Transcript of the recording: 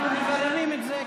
אנחנו מבררים את זה.